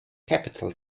capital